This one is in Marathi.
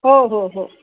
हो हो हो